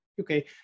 okay